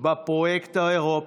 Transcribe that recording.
בפרויקט האירופי,